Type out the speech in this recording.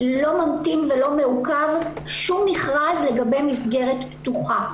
לא ממתין ולא מעוכב שום מכרז למסגרת פתוחה.